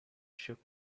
shook